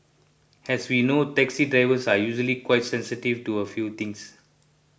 as we know taxi drivers are usually quite sensitive to a few things